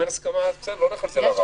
אם אין הסכמה, אז בסדר, לא נלך על זה לרב.